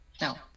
No